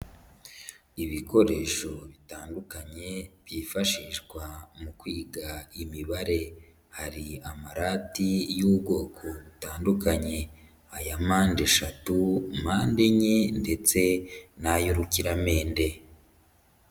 Ibikoresho bitandukanye byifashishwa mu kwiga imibare, hari amarati y'ubwoko butandukanye aya mpande eshatu, mpande enye ndetse n'ay'urukiramende.